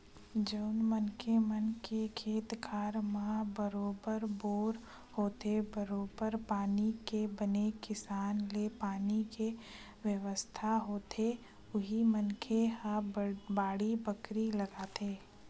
जउन मनखे मन के खेत खार म बरोबर बोर होथे बरोबर पानी के बने किसम ले पानी के बेवस्था होथे उही मनखे ह बाड़ी बखरी लगाथे